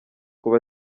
kuba